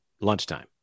lunchtime